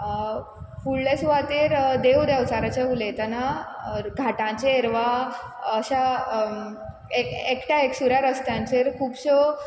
फुडले सुवातेर देव देंवचाराचें उलयतना घाटांचेर वा अशा एक एकट्या एकसुऱ्या रस्त्यांचेर खुबश्यो